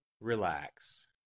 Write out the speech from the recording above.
Relax